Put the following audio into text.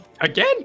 Again